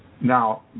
Now